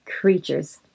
creatures